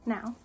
Now